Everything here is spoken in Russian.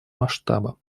масштаба